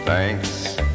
Thanks